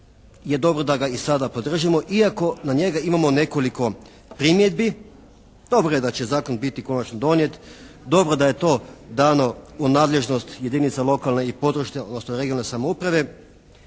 je dobro da ga i sada podržimo, iako na njega imamo nekoliko primjedbi. Dobro je da će zakon biti konačno donijet. Dobro je da je to dano u nadležnost jedinica lokalne i područne, odnosno regionalne samouprave.